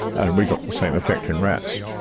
and we got the same effect in rats.